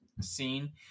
scene